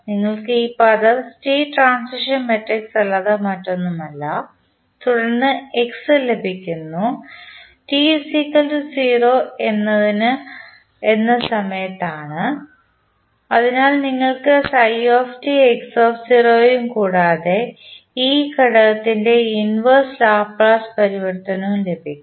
നിങ്ങൾക്ക് ഈ പദം സ്റ്റേറ്റ് ട്രാൻസിഷൻ മാട്രിക്സ് അല്ലാതെ മറ്റൊന്നുമല്ല തുടർന്ന് നിങ്ങൾക്ക് x ലഭിക്കുന്നത് t 0 ന് എന്ന സമയത്തിനാണ് അതിനാൽ നിങ്ങൾക്ക് ഉം കൂടാതെ ഈ ഘടകത്തിൻറെ ഇൻവെർസ് ലാപ്ലേസ് പരിവർത്തനവും ലഭിക്കും